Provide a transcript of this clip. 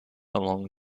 along